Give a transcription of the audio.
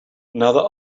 another